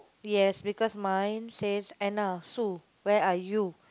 yes because mine says Anna Sue where are you